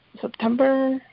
September